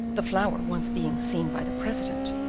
the flower once being seen by the president,